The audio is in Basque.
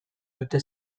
dute